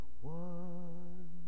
one